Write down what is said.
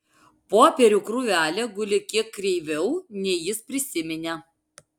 popierių krūvelė guli kiek kreiviau nei jis prisiminė